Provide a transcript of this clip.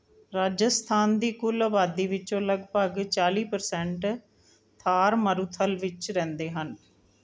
ਰਾਜਸਥਾਨ ਦੀ ਕੁੱਲ ਆਬਾਦੀ ਵਿੱਚੋਂ ਲਗਭਗ ਚਾਲੀ ਪਰਸੈਂਟ ਥਾਰ ਮਾਰੂਥਲ ਵਿੱਚ ਰਹਿੰਦੇ ਹਨ